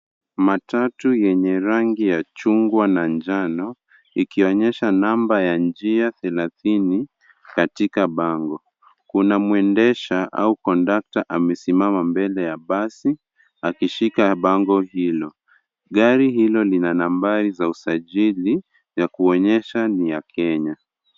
Matatu yenye rangi ya chungwa na njano ikionyesha namba ya njia thelathini katika bango. Kuna mwendesha au kondakta amesimama mbele ya basi akishika bango hilo. Gari hilo lina nambari za usajili ya kuonyesha ni ya Kenya.